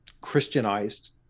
Christianized